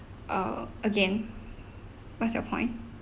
uh again what's your point